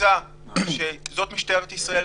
מוצא שזאת משטרת ישראל,